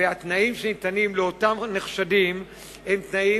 והתנאים שניתנים לאותם נחשדים הם תנאים